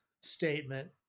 statement